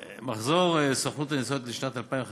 מחזור סוכנות הנסיעות לשנת 2015